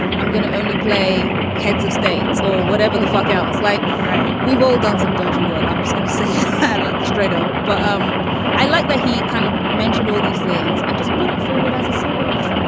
i'm gonna only play heads of states or whatever the fuck else like. right. we've all done some dodgy work. i'm just gonna say yeah like straight out but um i like that he kind of mentioned all these things and just put it forward as a sort of,